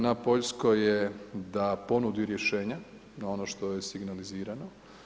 Na Poljskoj je da ponudi rješenja na ono što je signalizirano.